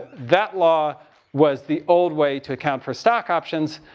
that law was the old way to account for stock options.